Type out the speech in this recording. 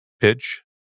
Pitch